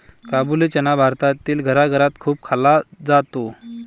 काबुली चना भारतातील घराघरात खूप खाल्ला जातो